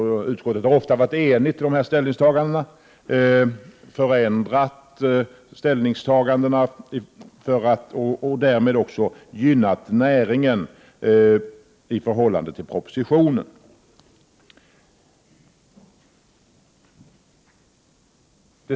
Utskottet har mestadels varit enigt i sina ställningstaganden. På flera områden har utskottet förändrat sin inställning och därmed gynnat näringen mera än vad propositionen gör.